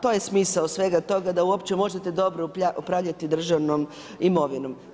To je smisao svega toga da uopće možete dobro upravljati državnom imovinom.